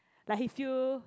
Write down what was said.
like he still